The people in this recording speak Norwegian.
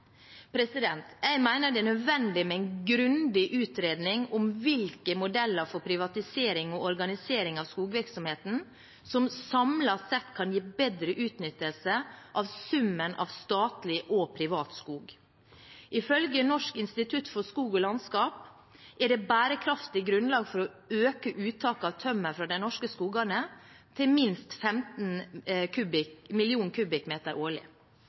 Jeg mener det er nødvendig med en grundig utredning om hvilke modeller for privatisering og organisering av skogvirksomheten som samlet sett kan gi bedre utnyttelse av summen av statlig og privat skog. Ifølge Norsk institutt for skog og landskap er det bærekraftig grunnlag for å øke uttaket av tømmer fra de norske skogene til minst 15 mill. m3 årlig.